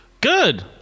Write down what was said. Good